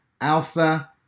Alpha